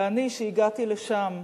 ואני, שהגעתי לשם,